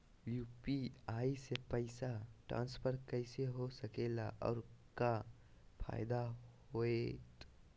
UPI से पैसा transfer कैसे हो सके ला और का फायदा होएत?